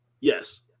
Yes